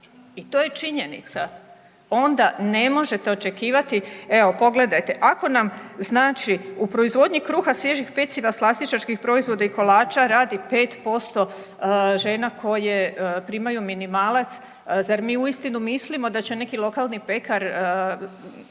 i to je činjenica onda ne možete očekivati, evo pogledajte ako nam u proizvodnji kruha, svježih peciva, slastičarskih proizvoda i kolača radi 5% žena koje primaju minimalac, zar mi uistinu mislimo da će neki lokalni pekar